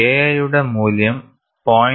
KI യുടെ മൂല്യം 0